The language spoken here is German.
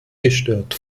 gestört